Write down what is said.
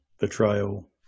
betrayal